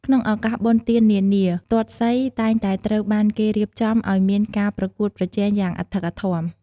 ក្នុងឱកាសបុណ្យទាននានា ទាត់សីតែងតែត្រូវបានគេរៀបចំឱ្យមានការប្រកួតប្រជែងយ៉ាងអធិកអធម។